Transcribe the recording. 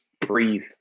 breathe